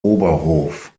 oberhof